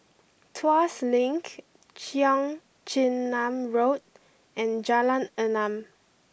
Tuas Link Cheong Chin Nam Road and Jalan Enam